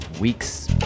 weeks